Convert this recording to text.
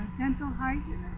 dental hygienist.